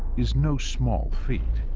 is no small feat.